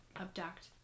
abduct